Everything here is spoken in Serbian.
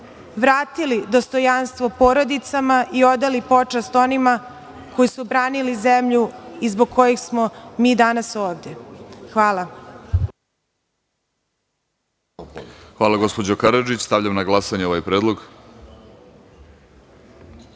vratili dostojanstvo porodicama i odali počast onima koji su branili zemlju i zbog kojih smo mi danas ovde. Hvala. **Vladimir Orlić** Hvala. Stavljam na glasanje ovaj